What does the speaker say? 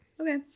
Okay